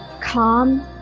calm